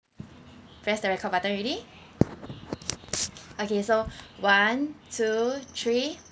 press the record button already okay so one two three